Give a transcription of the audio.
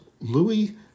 Louis